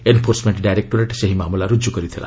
enforcement directorate ସେହି ମାମଲା ରୁଜୁ କରିଥିଲା